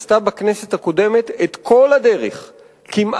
הצעת החוק הזאת עשתה בכנסת הקודמת את כל הדרך כמעט